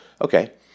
okay